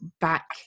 back